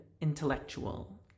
Intellectual